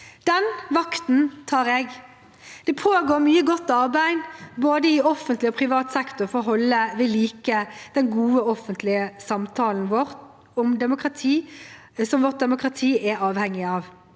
Den vakten tar jeg. Det pågår mye godt arbeid både i offentlig og privat sektor for å holde ved like den gode offentlige samtalen vårt demokrati er avhengig av.